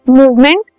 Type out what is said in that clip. movement